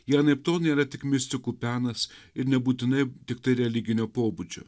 jie anaiptol nėra tik mistikų penas ir nebūtinai tiktai religinio pobūdžio